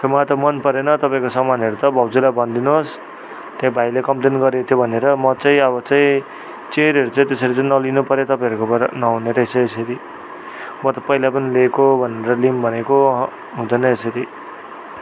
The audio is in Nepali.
मलाई त मन परेन तपाईँको सामानहरू त भाउजूलाई भनिदिनोस् त्यो भाइले कम्प्लेन गरेको थियो भनेर म चाहिँ अब चाहिँ चेयरहरू चाहिँ त्यसरी नलिनु पर्यो तपाईँहरूकोबाट नहुने रहेछ यसरी म त पहिला पनि लिएको भनेर लिउँ भनेको अहँ हुँदैन यसरी